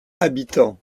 habitants